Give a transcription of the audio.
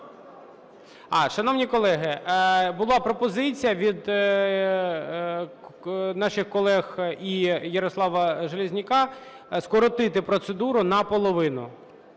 шановні колеги, була пропозиція від наших колег і Ярослава Железняка скоротити процедуру наполовину.